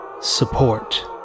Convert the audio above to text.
support